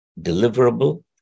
deliverable